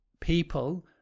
people